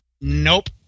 Nope